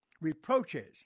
reproaches